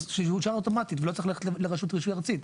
אז שיאושר אוטומטית ולא צריך ללכת לרשות רישוי ארצית.